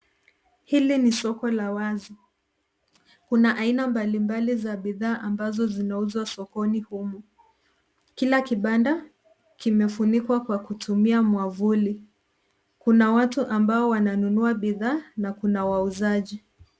Hili ni soko la wazi kuna aina mbalimbali za bidhaa ambazo zinauzwa sokoni humu, kila kibanda kimefunikwa kwa kutumia mwavuli kuna watu ambao wananunua bidhaa na kuna wauzaji.